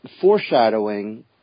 foreshadowing